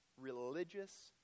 religious